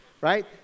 right